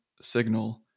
signal